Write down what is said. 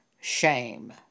shame